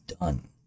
done